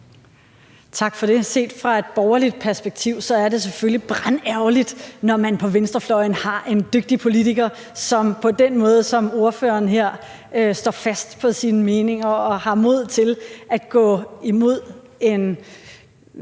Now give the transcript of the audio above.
Tak for det. Set fra et borgerligt perspektiv er det selvfølgelig brandærgerligt, når man på venstrefløjen har en dygtig politiker, som på den måde, som ordføreren gør her, står fast på sine meninger og har mod til at gå imod den